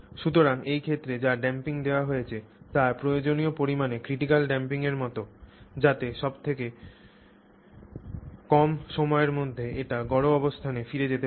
সুতরাং এই ক্ষেত্রে যা ড্যাম্পিং দেওয়া হয়েছে তা প্রয়োজনীয় পরিমাণে ক্রিটিকাল ড্যাম্পিং এর মত যাতে সব থেকে কম সময়ের মধ্যে এটি গড় অবস্থানে ফিরে যেতে পারে